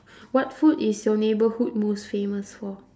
what food is your neighbourhood most famous for